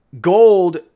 gold